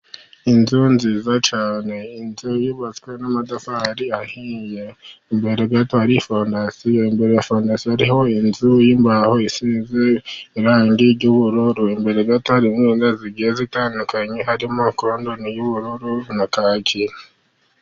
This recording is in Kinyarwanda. Inzu nziza cyane. Inzu yubatswe n'amatafari ahiye imbere gato hari fondasiyo, imbere ya fondasiyo hariho inzu y'imbaho isize irangi ry'ubururu ,imbere gato imyenda igiye itandukanye harimo contoni y'ubururu na kaki.